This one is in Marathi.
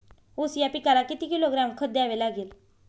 ऊस या पिकाला किती किलोग्रॅम खत द्यावे लागेल?